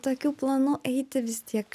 tokių planų eiti vis tiek